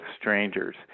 strangers